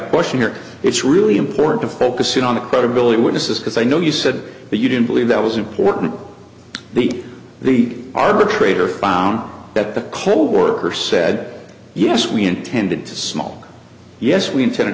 question here it's really important to focus in on the credibility of witnesses because i know you said that you didn't believe that was important the the arbitrator found that the coworker said yes we intended to small yes we intended